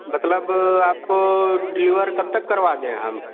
मतलब आप को डेलिवर कब तक करवा दें हम